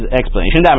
explanation